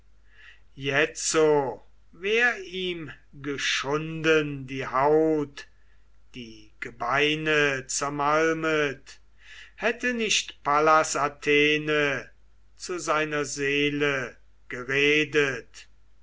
jetzo wär ihm geschunden die haut die gebeine zermalmet hätte nicht pallas athene zu seiner seele geredet